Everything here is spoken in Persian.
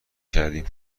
کردیم